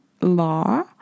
law